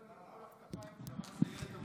תודה.